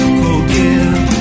forgive